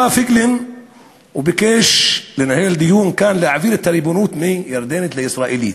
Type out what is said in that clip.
בא פייגלין וביקש לנהל כאן דיון על העברת הריבונות הירדנית לישראלית.